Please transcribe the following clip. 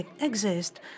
exist